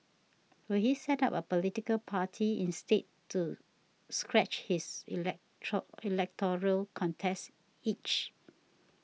will he set up a political party instead to scratch his electoral contest itch